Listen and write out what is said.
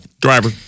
driver